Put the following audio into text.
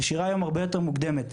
הנשירה היא הרבה יותר מוקדמת.